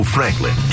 Franklin